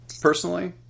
personally